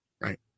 right